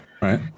right